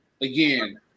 again